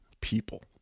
people